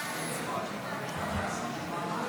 אדוני היושב בראש,